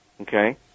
Okay